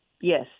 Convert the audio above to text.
yes